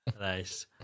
nice